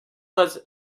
was